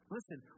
Listen